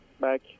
back